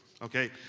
okay